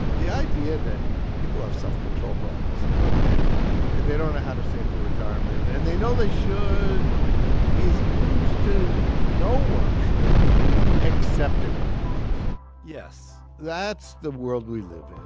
the idea that people have self-control problems and they don't know how to save for retirement and they know they should is news to no one except economists yes that's the world we live in.